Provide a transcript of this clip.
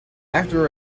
after